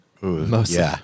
mostly